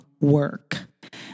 work